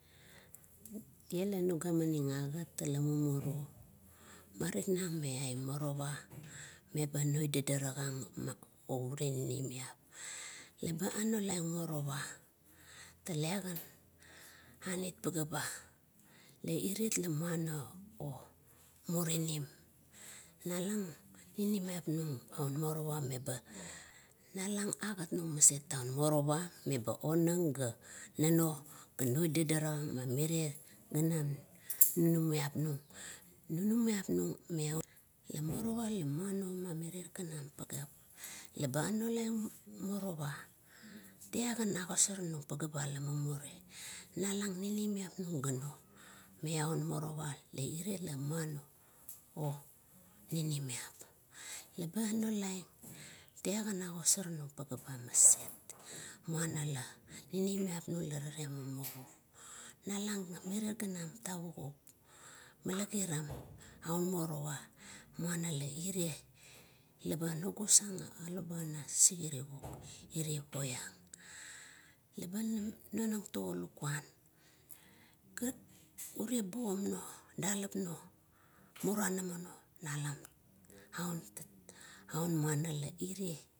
Tie la nuga maning agat ula mumuru marik nang me aun morowa, meba oidadarakang ma, meure ninimiap, eba anolaing morowa taiagan aniet pagea ba la iriet la muano murinim. Na lang ninimiap nung ung morowa meba, nalang agat nung maset un meba morowa, meba onang ga nunuo gano dadarakang orie ninimiap nung. Nunumiap nu9ng me ai morowa lamuano mamirar ganam pageap. Leba anolaiong morowa talagan agosor nung pagea ba ila mumuri. Nalang ninimiap nung gano meaun morowa iriet la muano ninimiap. Eba onolaiang talagan ogosar nung pageaba muana la ninimiap nung la rale mumuru. Nalang ga mirie ganam tavugip migat tara un morowa muana la iriet leba nogos ang a olabuana, a ire poiang. Leba, a nonang to lukuan ga ure pugam nuo, dalap nuo, muraramanu aun, aun muana la iriet.